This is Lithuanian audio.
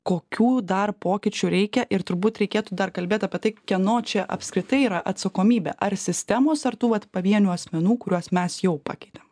kokių dar pokyčių reikia ir turbūt reikėtų dar kalbėt apie tai kieno čia apskritai yra atsakomybė ar sistemos ar tų vat pavienių asmenų kuriuos mes jau pakeitėm